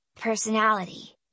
personality